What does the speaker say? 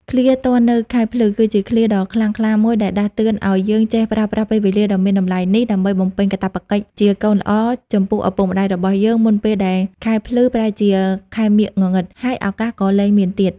ឃ្លា ទាន់នៅខែភ្លឺ គឺជាឃ្លាដ៏ខ្លាំងក្លាមួយដែលដាស់តឿនឲ្យយើងចេះប្រើប្រាស់ពេលវេលាដ៏មានតម្លៃនេះ ដើម្បីបំពេញកាតព្វកិច្ចជាកូនល្អ ចំពោះឪពុកម្តាយរបស់យើង មុនពេលដែល ខែភ្លឺ ប្រែជា ខែមាឃងងឹត ហើយឱកាសក៏លែងមានទៀត។